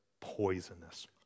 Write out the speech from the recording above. poisonous